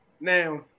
Now